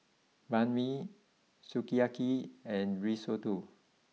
Banh Mi Sukiyaki and Risotto